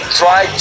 try